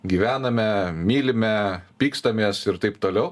gyvename mylime pykstamės ir taip toliau